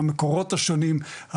המקורות השונים,